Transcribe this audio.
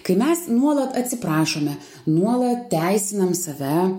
kai mes nuolat atsiprašome nuolat teisinam save